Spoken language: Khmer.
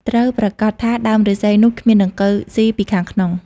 ត្រូវប្រាកដថាដើមឫស្សីនោះគ្មានដង្កូវស៊ីពីខាងក្នុង។